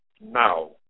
now